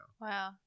Wow